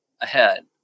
ahead